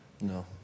No